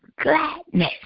gladness